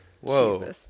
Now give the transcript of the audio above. Whoa